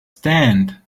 stand